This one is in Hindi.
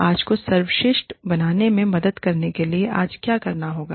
आज को सर्वश्रेष्ठ बनाने में मदद करने के लिए आज क्या करना होगा